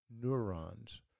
neurons